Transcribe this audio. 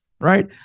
right